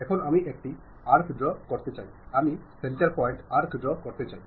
এখন আমি একটি আর্ক ড্রও করতে চাই আমি সেন্টার পয়েন্ট আর্ক ড্রও করতে চাই